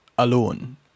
alone